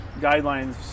guidelines